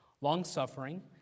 longsuffering